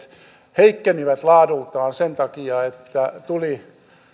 heikkenivät laadultaan sen takia että tulivat